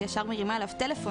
שאת אמרת על הנושא של הכרת הטוב,